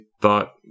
thought